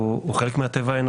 ואני חושב שהם שוגים שגיאה מרה,